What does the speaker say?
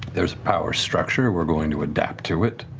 there's a power structure, we're going to adapt to it.